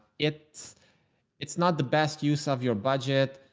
it's it's not the best use of your budget.